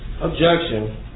Objection